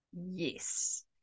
Yes